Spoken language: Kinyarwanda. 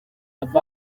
banki